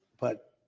but-